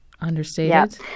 Understated